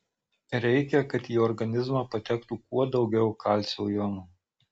reikia kad į organizmą patektų kuo daugiau kalcio jonų